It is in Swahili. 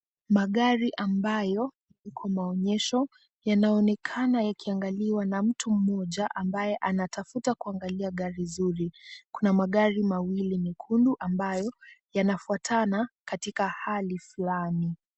Magari ambayo iko maonyesho yanaonekana yakiangaliwa na mtu mmoja ambaye anatafuta kuangalia gari zuri. Kuna magari mawili mekundu ambayo yanafuatana katika hali fulani.